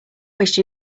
wish